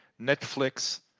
Netflix